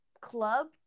Club